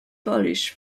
polish